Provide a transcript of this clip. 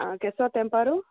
आ केसो तेंपारू